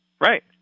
right